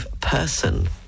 person